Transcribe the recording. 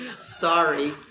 Sorry